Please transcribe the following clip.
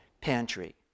pantry